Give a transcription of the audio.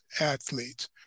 athletes